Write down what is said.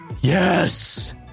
Yes